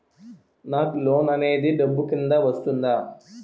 నాకు లోన్ అనేది డబ్బు కిందా వస్తుందా?